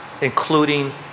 including